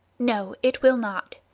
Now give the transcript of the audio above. no it will not.